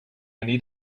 need